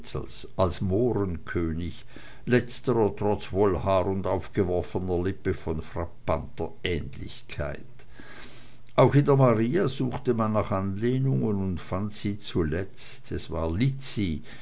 als mohrenkönig letzterer trotz wollhaar und aufgeworfener lippe von frappanter ähnlichkeit auch in der maria suchte man nach anlehnungen und fand sie zuletzt es war lizzi